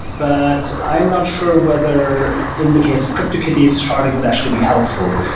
but i am not sure whether, in the case of cryptokitties, sharding would actually be helpful,